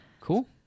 Cool